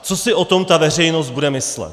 Co si o tom ta veřejnost bude myslet?